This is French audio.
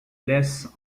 laissent